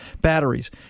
Batteries